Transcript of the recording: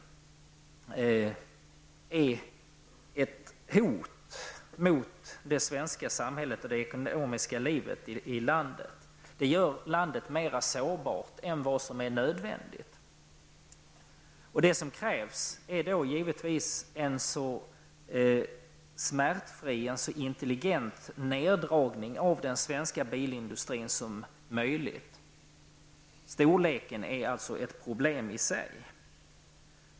Det gör landet mer sårbart än vad som är nödvändigt. Det som krävs är då givetvis en så smärtfri och intelligent neddragning av den svenska bilindustrin som möjligt. Storleken är alltså ett problem i sig.